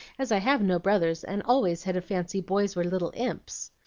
as i have no brothers, and always had a fancy boys were little imps.